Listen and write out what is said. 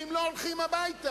ואם לא, הולכים הביתה.